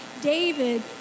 David